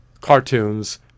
Cartoons